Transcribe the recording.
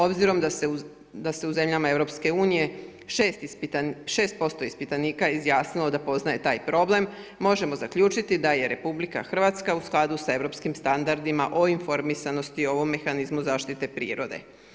Obzirom da se u zemljama EU 6% ispitanika izjasnilo da poznaje taj problem možemo zaključiti da je Republika Hrvatska u skladu sa europskim standardima o informiranosti o ovom mehanizmu zaštite prirode.